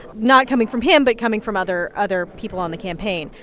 not coming from him but coming from other other people on the campaign.